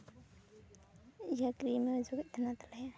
ᱤᱭᱟᱹ ᱠᱨᱤᱢᱮᱭ ᱚᱡᱚᱜᱮᱫ ᱛᱟᱦᱮᱱᱟ ᱛᱟᱞᱚᱦᱮ